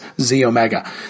Z-omega